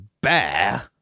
bear